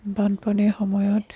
বানপানীৰ সময়ত